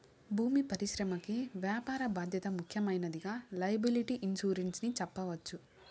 భీమా పరిశ్రమకి వ్యాపార బాధ్యత ముఖ్యమైనదిగా లైయబిలిటీ ఇన్సురెన్స్ ని చెప్పవచ్చు